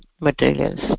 materials